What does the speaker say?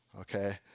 okay